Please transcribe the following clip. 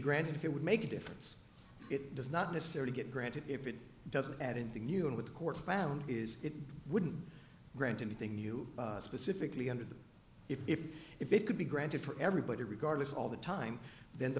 granted if it would make a difference it does not necessarily get granted if it doesn't add anything new and with the court found is it wouldn't grant anything new specifically under the if if it could be granted for everybody regardless all the time then the